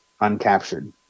uncaptured